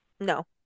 No